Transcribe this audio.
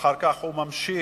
ואחר כך הוא ממשיך.